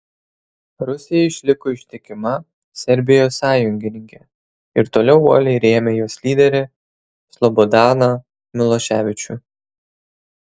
rusija išliko ištikima serbijos sąjungininkė ir toliau uoliai rėmė jos lyderį slobodaną miloševičių